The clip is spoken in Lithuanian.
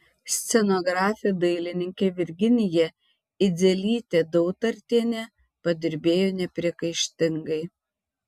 scenografė dailininkė virginija idzelytė dautartienė padirbėjo nepriekaištingai